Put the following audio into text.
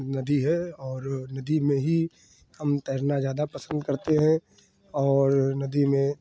नदी है और नदी में ही हम तैरना ज़्यादा पसंद करते हैं और नदी में